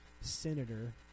senator